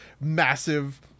massive